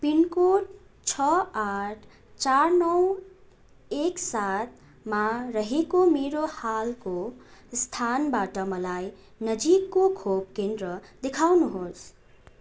pin code छ आठ चार नौ एक सातमा रहेको मेरो हालको स्थानबाट मलाई नजिकको खोप केन्द्र देखाउनुहोस्